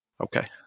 Okay